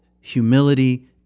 humility